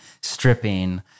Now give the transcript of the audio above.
stripping